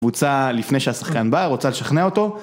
קבוצה... לפני שהשחקן בא, רוצה לשכנע אותו,